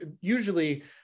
Usually